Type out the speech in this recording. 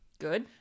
good